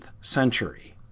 century